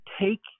take